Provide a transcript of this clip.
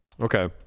Okay